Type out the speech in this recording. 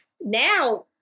now